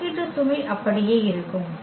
கணக்கீட்டு சுமை அப்படியே இருக்கும்